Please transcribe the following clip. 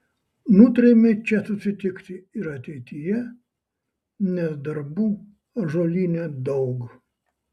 nutarėme čia susitikti ir ateityje nes darbų ąžuolyne daug